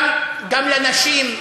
גם לנשים,